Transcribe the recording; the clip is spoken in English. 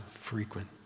frequent